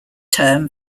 term